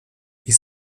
ich